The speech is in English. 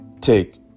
take